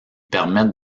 permettent